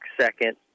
second